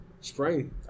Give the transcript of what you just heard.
Spring